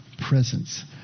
presence